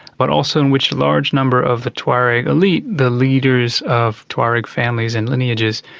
but also in which a large number of the tuareg elite, the leaders of tuareg families and lineages,